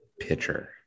pitcher